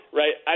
right